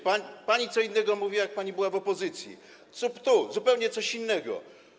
Pani co innego mówiła, jak pani była w opozycji, a tu - zupełnie coś innego.